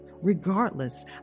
Regardless